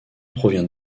provient